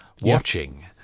watching